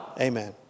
Amen